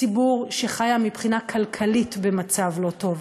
ציבור שחיה מבחינה כלכלית במצב לא טוב,